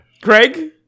Craig